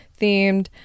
themed